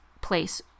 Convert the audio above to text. place